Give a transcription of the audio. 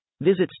Visit